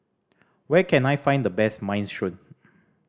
where can I find the best Minestrone